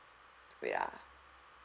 wait ah